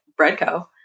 BreadCo